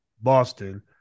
Boston